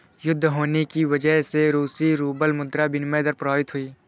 युद्ध होने की वजह से रूसी रूबल मुद्रा विनिमय दर प्रभावित हुई